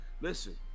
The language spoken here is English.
Listen